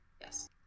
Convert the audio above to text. Yes